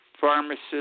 pharmacist